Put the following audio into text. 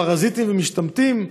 פרזיטים ומשתמטים,